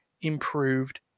improved